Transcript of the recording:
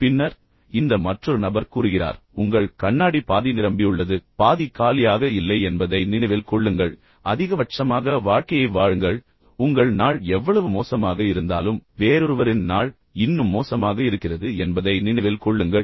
பின்னர் இந்த மற்றொரு நபர் கூறுகிறார் உங்கள் கண்ணாடி பாதி நிரம்பியுள்ளது பாதி காலியாக இல்லை என்பதை நினைவில் கொள்ளுங்கள் அதிகபட்சமாக வாழ்க்கையை வாழுங்கள் உங்கள் நாள் எவ்வளவு மோசமாக இருந்தாலும் வேறொருவரின் நாள் இன்னும் மோசமாக இருக்கிறது என்பதை நினைவில் கொள்ளுங்கள்